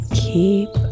keep